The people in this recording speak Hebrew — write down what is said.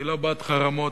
אני לא בעד חרמות,